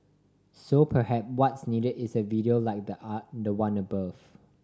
so perhaps what's needed is a video like the ah the one above